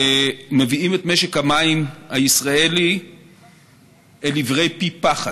מביא את המשק המים הישראלי אל עברי פי פחת.